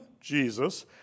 Jesus